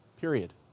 period